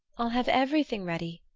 i'll have everything ready.